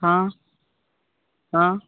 हाँ हाँ